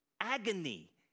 agony